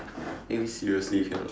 take me seriously can or not